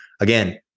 Again